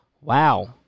wow